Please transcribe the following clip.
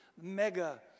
mega